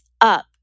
up